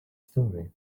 story